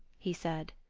he said.